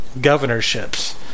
governorships